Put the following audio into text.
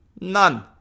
None